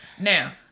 Now